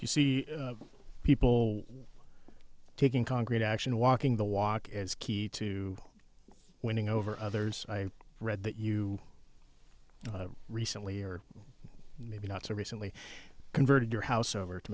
you see people taking concrete action walking the walk is key to winning over others i read that you recently or maybe not so recently converted your house over to